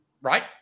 right